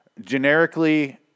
generically